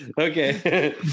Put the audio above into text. Okay